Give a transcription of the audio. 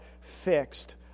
fixed